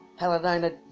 Paladina